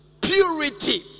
purity